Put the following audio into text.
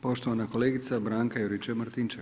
Poštovana kolegica Branka Juričev-Martinčev.